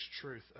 truth